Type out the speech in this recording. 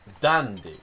dandy